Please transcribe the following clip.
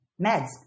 meds